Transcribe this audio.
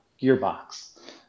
Gearbox